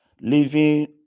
living